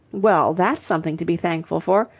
well, that's something to be thankful for.